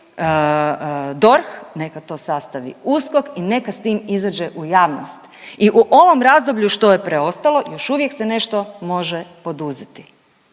DORH, neka to sastavi USKOK i neka s tim izađe u javnost. I u ovom razdoblju što je preostalo još uvijek se nešto može poduzeti.